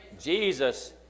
Jesus